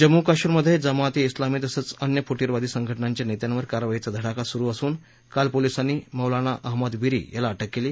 जम्मू काश्मिरमध्ये जमात ए उलामी तसंच अन्य फुटीरतावादी संघटनांच्या नेत्यांवर कारवाईचा धडाका सुरु असून काल पोलिसांनी मौलाना अहमद विरी याला अटक केली